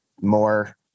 more